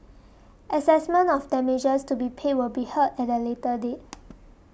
assessment of damages to be paid will be heard at a later date